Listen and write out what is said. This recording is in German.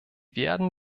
werden